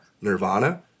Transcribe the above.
nirvana